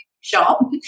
shop